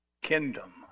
Kingdom